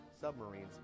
submarines